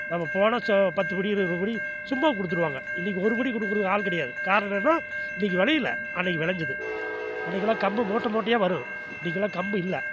நம்ம போனால் சோ பத்து படி இருபது முப்பது படி சும்மா கொடுத்துருவாங்க இன்னைக்கு ஒரு படி கொடுக்கறதுக்கு ஆள் கிடையாது காரணம் என்ன இன்னைக்கு விளைல அன்னைக்கு விளஞ்சது அன்னைக்கு எல்லாம் கம்பு மூட்டை மூட்டையாக வரும் இன்னைக்கு எல்லாம் கம்பு இல்லை